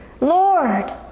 Lord